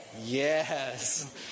Yes